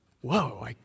whoa